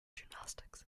gymnastics